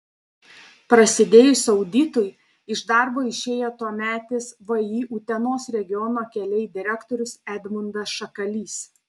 prasidėjus auditui iš darbo išėjo tuometis vį utenos regiono keliai direktorius edmundas šakalys